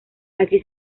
aquí